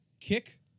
kick